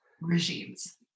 regimes